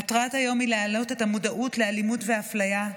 מטרת היום היא להעלות את המודעות לאלימות ואפליה,